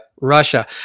Russia